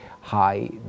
high